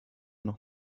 noch